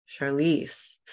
Charlize